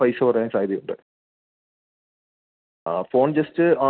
മ്മ് ശരി എന്നാൽ ഞാൻ എന്നാൽ വിളിക്കാം വിളിച്ചോ